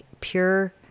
pure